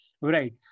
Right